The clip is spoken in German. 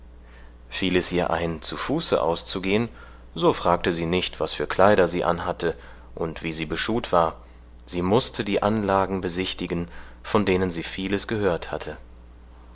fiel es ihr ein zu fuße auszugehen so fragte sie nicht was für kleider sie anhatte und wie sie beschuht war sie mußte die anlagen besichtigen von denen sie vieles gehört hatte